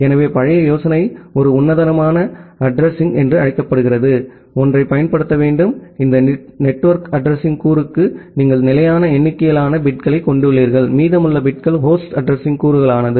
எனவே பழைய யோசனை ஒரு உன்னதமான அட்ரஸிங் என்று அழைக்கப்படும் ஒன்றைப் பயன்படுத்த வேண்டும் இந்த நெட்வொர்க் அட்ரஸிங் கூறுக்கு நீங்கள் நிலையான எண்ணிக்கையிலான பிட்களைக் கொண்டுள்ளீர்கள் மீதமுள்ள பிட்கள் ஹோஸ்ட் அட்ரஸிங் கூறுகளுக்கானது